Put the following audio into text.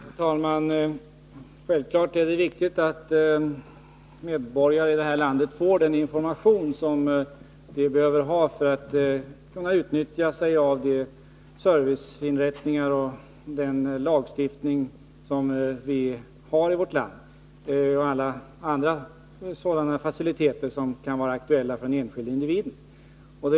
Herr talman! Självfallet är det viktigt att medborgare i det här landet får den information som de behöver för att kunna utnyttja de serviceinrättningar och den lagstiftning som vi har i vårt land liksom andra sådana faciliteter som kan vara aktuella för den enskilde individen.